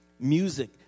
Music